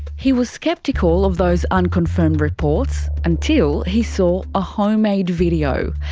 he was sceptical of those unconfirmed reports, until he saw a homemade video.